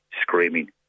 screaming